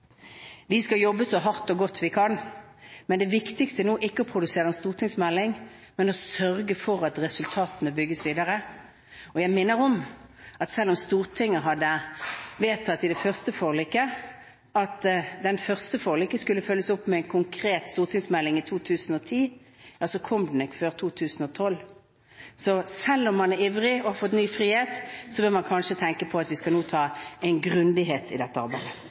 Vi skal jobbe så hardt og godt vi kan, men det viktigste nå er ikke å produsere en stortingsmelding, men å sørge for at resultatene bygges videre. Jeg minner om at selv om Stortinget vedtok at det første forliket skulle følges opp med en konkret stortingsmelding om klima i 2010, så kom den ikke før i 2012. Så selv om man er ivrig og har fått ny frihet, så bør man kanskje tenke på at vi nå skal ha en grundighet i dette arbeidet.